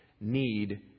need